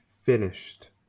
finished